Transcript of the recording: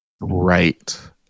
right